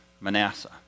Manasseh